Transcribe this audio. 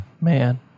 man